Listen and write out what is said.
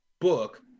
book